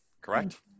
correct